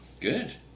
Good